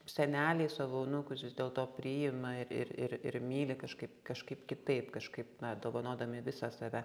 seneliai savo unūkus vis dėlto priima ir ir ir ir myli kažkaip kažkaip kitaip kažkaip na dovanodami visą save